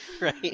right